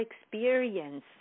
experience